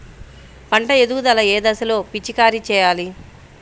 పంట ఎదుగుదల ఏ దశలో పిచికారీ చేయాలి?